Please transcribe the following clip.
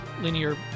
linear